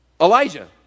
Elijah